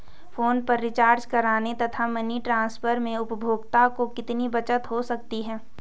Phone पर recharge करने तथा मनी ट्रांसफर में उपभोक्ता को कितनी बचत हो सकती है?